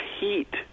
heat